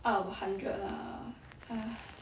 out of a hundred lah !hais!